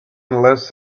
unless